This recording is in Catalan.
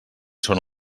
són